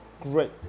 great